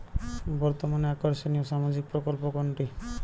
বর্তমানে আকর্ষনিয় সামাজিক প্রকল্প কোনটি?